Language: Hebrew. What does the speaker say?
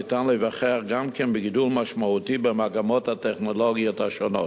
ניתן להיווכח גם כן בגידול משמעותי במגמות הטכנולוגיות השונות.